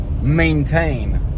maintain